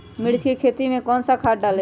मिर्च की खेती में कौन सा खाद डालें?